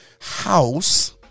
house